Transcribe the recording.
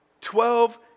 Twelve